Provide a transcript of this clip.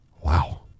wow